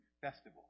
festival